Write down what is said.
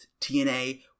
TNA